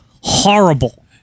horrible